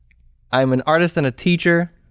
i'm an artist and a teacher.